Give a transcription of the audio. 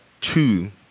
two